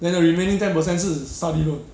then the remaining ten percent 是 study loan